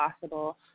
possible